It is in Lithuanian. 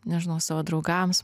nežinau savo draugams